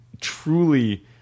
truly